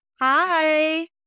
Hi